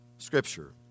Scripture